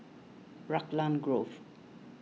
Raglan Grove